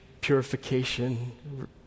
purification